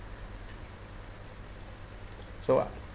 so uh